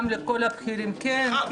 גם לכל הבכירים, כן.